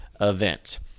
event